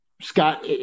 Scott